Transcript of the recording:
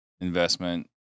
investment